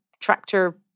tractor